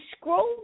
scroll